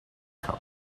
cup